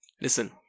Listen